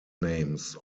names